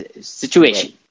situation